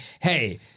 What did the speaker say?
hey